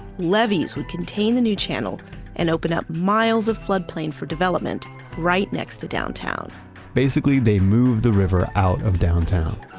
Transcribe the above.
levees would contain the new channel and open up miles of floodplain for development right next to downtown basically, they moved the river out of downtown.